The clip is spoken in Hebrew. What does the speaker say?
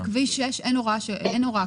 בכביש 6 אין הוראה כזאת.